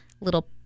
little